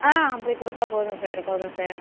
ஆ அப்படி கொடுத்தா போதும் சார் போதும் சார்